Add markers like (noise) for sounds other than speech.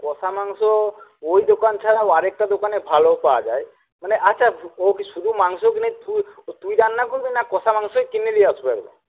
কষা মাংস ওই দোকান ছাড়াও আরেকটা দোকানে ভালো পাওয়া যায় মানে আচ্ছা ও কি শুধু মাংস কিনে মানে (unintelligible) তুই রান্না করবি না কষা মাংসই কিনে নিয়ে আসব আমি